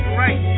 right